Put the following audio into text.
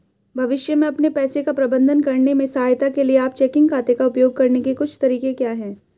भविष्य में अपने पैसे का प्रबंधन करने में सहायता के लिए आप चेकिंग खाते का उपयोग करने के कुछ तरीके क्या हैं?